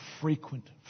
frequent